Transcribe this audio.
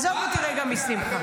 עזוב אותי רגע משמחה.